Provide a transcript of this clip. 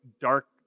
Dark